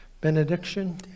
benediction